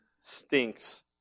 stinks